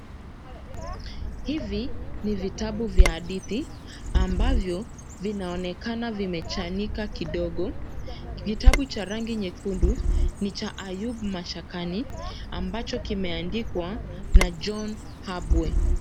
Hivi ni vitabu vya hadithi, ambavyo vinaonekana vimechanika kidogo, kitabu cha rangi nyekundu ni cha Ayub mashakani, ambacho kimeandikwa na John Habwe.